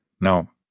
Now